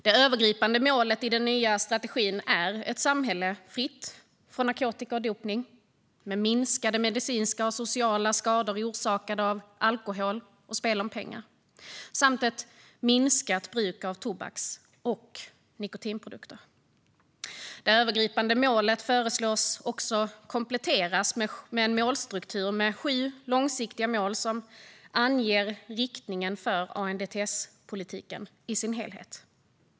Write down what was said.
Det övergripande målet i den nya strategin är ett samhälle fritt från narkotika och dopning, med minskade medicinska och sociala skador orsakade av alkohol och spel om pengar, samt ett minskat bruk av tobaks och nikotinprodukter. Det övergripande målet föreslås också kompletteras med en målstruktur med sju långsiktiga mål som anger riktningen för ANDTS-politiken i sin helhet.